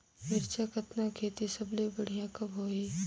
मिरचा कतना खेती सबले बढ़िया कब होही?